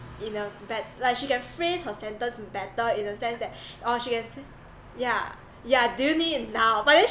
in a bad like she can phrase her sentence better in a sense that oh she can say yeah yeah do you need now but then